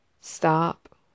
stop